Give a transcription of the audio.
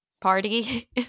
party